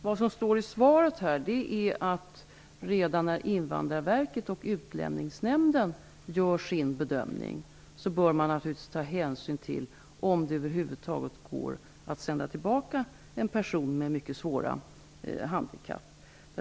Fru talman! Det framgår av svaret att redan när Invandrarverket och Utlänningsnämnden gör sina bedömningar bör de ta hänsyn till om det över huvud taget går att sända tillbaka en person med svåra handikapp.